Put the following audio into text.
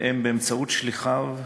והן, באמצעות שליחיו,